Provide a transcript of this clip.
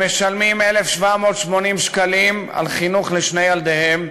הם משלמים 1,780 שקלים על חינוך לשני ילדיהם,